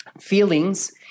feelings